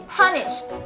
punished